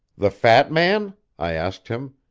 the fat man i asked him.